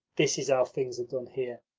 this is how things are done here.